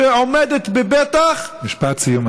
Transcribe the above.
שעומדת בפתח משפט סיום,